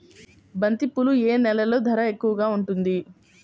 బంతిపూలు ఏ నెలలో ధర ఎక్కువగా ఉంటుంది?